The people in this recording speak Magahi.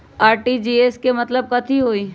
आर.टी.जी.एस के मतलब कथी होइ?